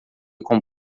com